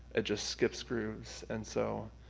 it just skips grooves. and so,